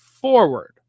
forward